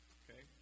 okay